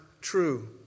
true